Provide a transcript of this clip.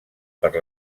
per